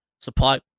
supply